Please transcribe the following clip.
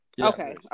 Okay